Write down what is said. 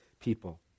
people